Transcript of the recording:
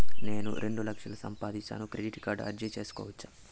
నేను రెండు లక్షలు సంపాదిస్తాను, క్రెడిట్ కార్డుకు అర్జీ సేసుకోవచ్చా?